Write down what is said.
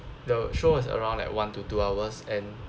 the show is around like one to two hours and